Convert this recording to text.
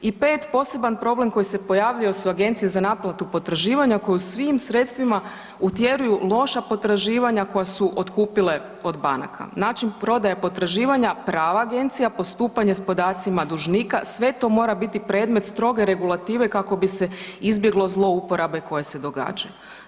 I pet, poseban problem koji se pojavio su Agencije za naplatu potraživanja koje svim sredstvima utjeruju loša potraživanja koja su otkupile od banaka, način prodaje potraživanja, prava agencija, postupanje s podacima dužnika, sve to mora biti predmet stroge regulative kako bi se izbjeglo zlouporabe koje se događaju.